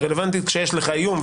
הוא רלוונטי כשיש לך איום,